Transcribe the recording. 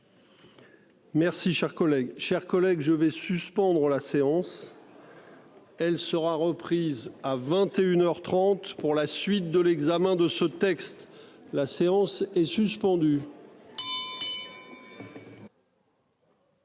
Merci, chers collègues. Chers collègues, je vais suspendre la séance. Elle sera reprise à 21h 30 pour la suite de l'examen de ce texte. La séance est suspendue.